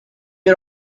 had